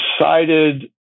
decided